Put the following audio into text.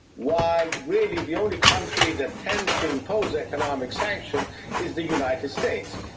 why really the only country that tends to impose economic sanction is the united states.